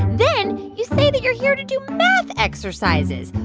then you say that you're here to do math exercises.